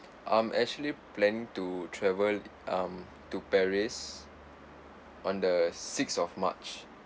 I'm actually planning to travel um to paris on the sixth of march